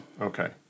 Okay